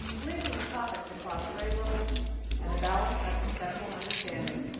linking of topics across grade levels and a balance of conceptual understanding,